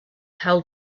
held